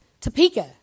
Topeka